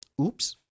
oops